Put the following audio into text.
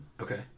okay